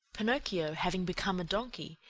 pinocchio, having become a donkey,